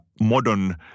modern